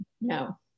No